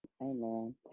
Amen